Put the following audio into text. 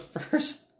first